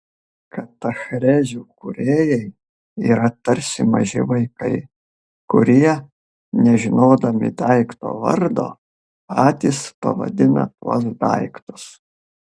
katachrezių kūrėjai yra tarsi maži vaikai kurie nežinodami daikto vardo patys pavadina tuos daiktus